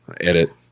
Edit